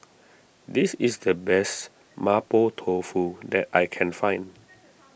this is the best Mapo Tofu that I can find